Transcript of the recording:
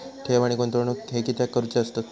ठेव आणि गुंतवणूक हे कित्याक करुचे असतत?